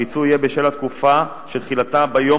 הפיצוי יהיה בשל תקופה שתחילתה ביום